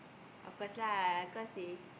of course lah of course they